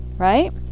right